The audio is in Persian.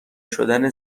شدن